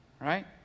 right